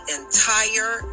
entire